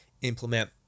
implement